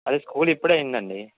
అది స్కూల్ ఇపుడే అయ్యింది అండి